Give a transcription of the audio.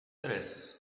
tres